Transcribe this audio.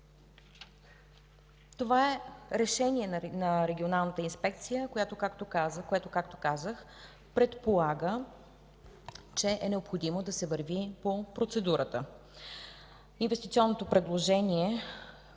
Това е решение на Регионалната инспекция, което, както казах, предполага, че е необходимо да се върви по процедурата. Инвестиционното предложение,